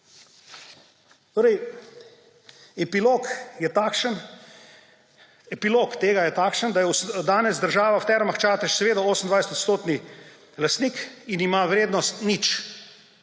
epilog je takšen, da je danes država v Termah Čatež 28-odstotni lastnik in ima vrednost nič.